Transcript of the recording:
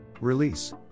Release